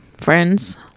Friends